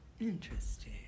Interesting